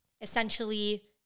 essentially